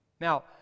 Now